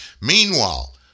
Meanwhile